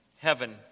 heaven